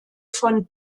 von